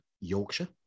yorkshire